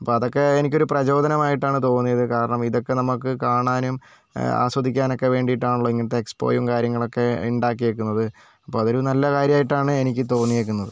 അപ്പോൾ അതൊക്കെ എനിക്കൊരു പ്രചോദനമായിട്ടാണ് തോന്നിയത് കാരണം ഇതൊക്കെ നമുക്ക് കാണാനും ആസ്വദിക്കാൻ ഒക്കെ വേണ്ടിയിട്ടാണല്ലോ ഇങ്ങനത്തെ എക്സ്പോയും കാര്യങ്ങളൊക്കെ ഉണ്ടാക്കിയിരിക്കുന്നത് അപ്പോൾ അതൊരു നല്ല കാര്യമായിട്ടാണ് എനിക്ക് തോന്നിയിരിക്കുന്നത്